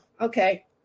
okay